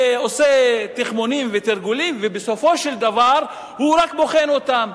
ועושה תכמונים ותרגולים ובסופו של דבר הוא רק בוחן אותם.